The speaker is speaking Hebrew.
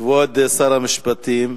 כבוד שר המשפטים,